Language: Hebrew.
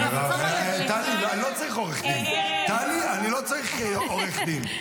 טלי, אני לא צריך עורך דין.